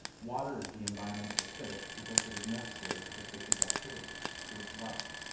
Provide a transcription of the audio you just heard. water is the environment of a fish because it is necessary to the fish's activities to its life.